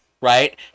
right